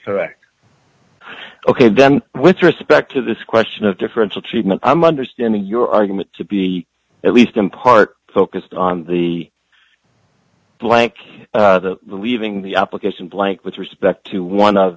correct ok then with respect to this question of difference of treatment i'm understanding your argument to be at least in part focused on the blank leaving the application blank with respect to one of